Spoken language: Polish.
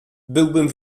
byłbym